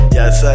yes